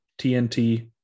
TNT